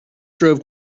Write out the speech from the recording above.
drove